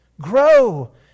Grow